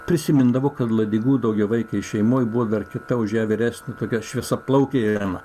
prisimindavo kad ladigų daugiavaikėj šeimoj buvo dar kita už ją vyresnė tokia šviesiaplaukė irena